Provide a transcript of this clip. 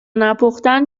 نپختن